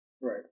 right